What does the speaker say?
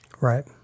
Right